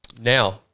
now